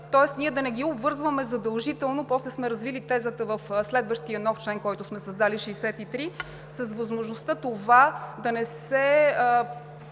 тоест ние да не ги обвързваме задължително. После сме развили тезата в следващия нов член, който сме създали – 63, с възможността това да не се